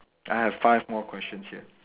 I have five more questions here